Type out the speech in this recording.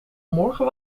morgen